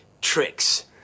tricks